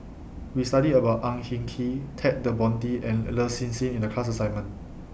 We studied about Ang Hin Kee Ted De Ponti and Lin Hsin Hsin in The class assignment